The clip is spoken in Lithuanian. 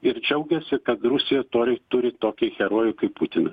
ir džiaugiasi kad rusija tori turi tokį herojų kaip putiną